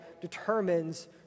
determines